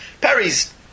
Perry's